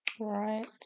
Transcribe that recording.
Right